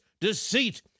deceit